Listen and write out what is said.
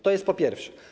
To jest po pierwsze.